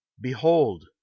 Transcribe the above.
behold